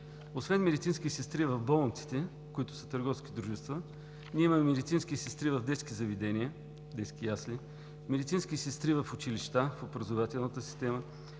Освен медицински сестри в болниците, които са търговски дружества, ние имаме медицински сестри в детски заведения, детски ясли, медицински сестри в училищата, в образователната система,